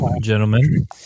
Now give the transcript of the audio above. gentlemen